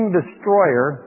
destroyer